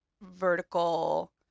vertical